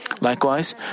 Likewise